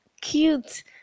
cute